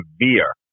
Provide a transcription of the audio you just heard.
severe